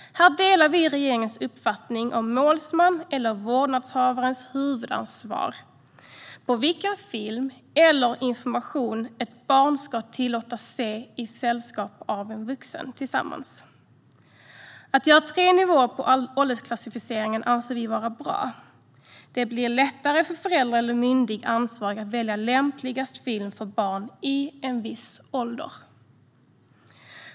Här delar vi regeringens uppfattning om målsmannens eller vårdnadshavarens huvudansvar för vilken film eller information ett barn ska tillåtas se i vuxens sällskap. Att göra tre nivåer på åldersklassificeringen anser vi är bra. Det blir lättare för förälder eller myndig ansvarig att välja lämpligast film för barn i en viss ålder.